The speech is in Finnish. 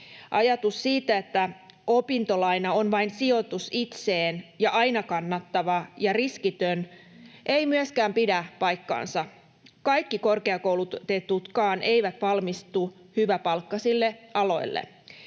Ajatus siitä, että opintolaina on vain sijoitus itseen ja aina kannattava ja riskitön, ei myöskään pidä paikkaansa. Kaikki korkeakoulutetutkaan eivät valmistu hyväpalkkaisille aloille.